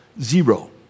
Zero